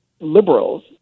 liberals